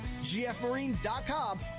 gfmarine.com